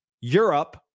Europe